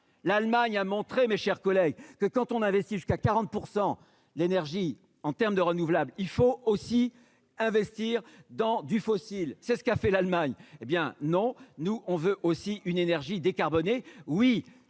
l'Allemagne a montré mes chers collègues, que quand on investit jusqu'à 40 % l'énergie en terme de renouvelable, il faut aussi investir dans du fossile, c'est ce qu'a fait l'Allemagne, hé bien non, nous on veut aussi une énergie décarbonée oui